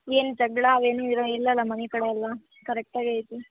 ಏನು ಜಗಳ ಅವೇನೂ ಇರು ಇಲ್ವಲ್ಲ ಮನೆ ಕಡೆಯೆಲ್ಲ ಕರೆಕ್ಟಾಗೇ ಐತಿ